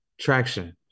traction